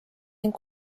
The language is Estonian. ning